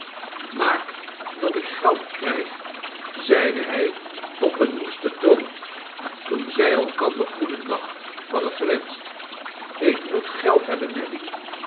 maak dat ik geld krijg zeide hij op een woesten toon toen zij elkander goeden nacht hadden gewenscht ik moet geld hebben nelly